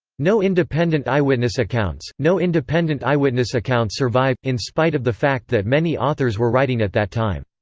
no independent eyewitness accounts no independent eyewitness accounts survive, in spite of the fact that many authors were writing at that time.